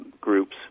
groups